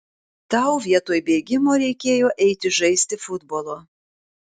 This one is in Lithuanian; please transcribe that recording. tau vietoj bėgimo reikėjo eiti žaisti futbolo